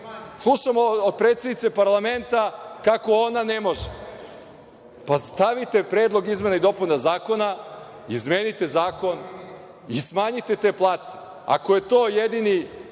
Slušamo od predsednice parlamenta kako ona ne može. Pa, stavite predlog izmena i dopuna zakona, izmenite zakon i smanjite te plate, ako je to jedini